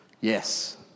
Yes